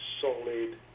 solid